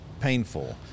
painful